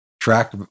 track